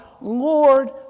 Lord